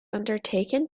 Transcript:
undertaken